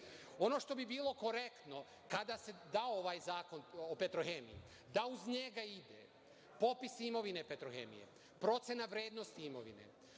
Ono što bi bilo korektno kada se da ovaj zakon o „Petrohemiji“, da uz njega ide popis imovine „Petrohemije“, procena vrednosti imovine,